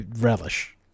relish